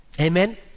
Amen